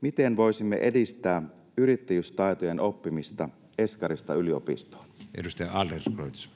miten voisimme edistää yrittäjyystaitojen oppimista eskarista yliopistoon? Edustaja Adlercreutz.